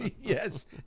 Yes